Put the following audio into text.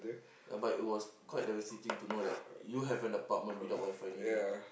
ya but it was quite devastating to know that you have an apartment without WiFi in it